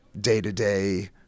day-to-day